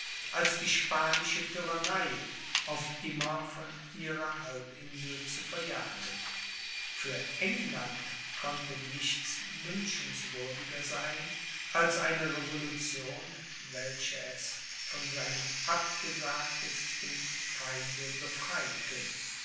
als die spanische tyrannei auf immer von ihrer halbinsel zu verjagen für england konnte nichts wünschenswürdiger sein als eine revolution welche es von seinem abgesagtesten feinde befreite